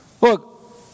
Look